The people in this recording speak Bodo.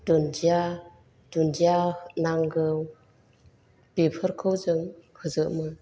दुन्दिया दुन्दिया नांगौ बेफोरखौ जों होजोबोमो